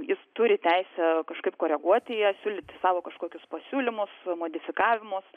jis turi teisę kažkaip koreguoti ją siūlyti savo kažkokius pasiūlymus modifikavimus